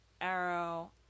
Arrow